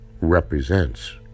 represents